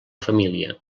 família